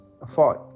afford